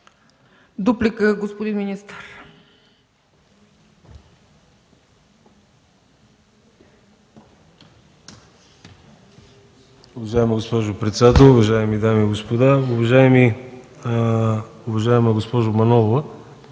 Дуплика, господин министър.